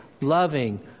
loving